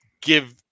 give